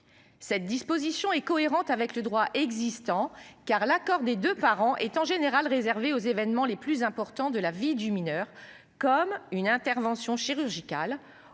Cette disposition est cohérente avec le droit existant car l'accord des deux parents est en général, réservé aux événements les plus importants de la vie du mineur comme une intervention chirurgicale